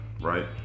right